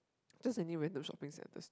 just any random shopping centres too